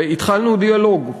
והתחלנו דיאלוג.